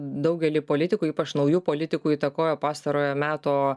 daugelį politikų ypač naujų politikų įtakojo pastarojo meto